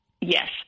Yes